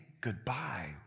goodbye